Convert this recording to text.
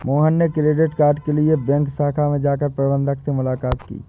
मोहन ने credit card के लिए बैंक शाखा में जाकर प्रबंधक से मुलाक़ात की